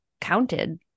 counted